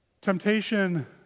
Temptation